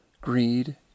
greed